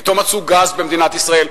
פתאום מצאו גז במדינת ישראל,